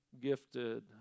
gifted